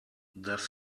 das